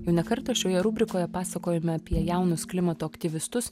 jau ne kartą šioje rubrikoje pasakojome apie jaunus klimato aktyvistus